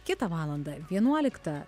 kitą valandą vienuoliktą